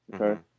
Okay